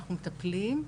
אנחנו מטפלים.